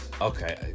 Okay